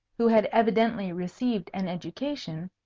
who had evidently received an education,